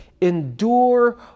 endure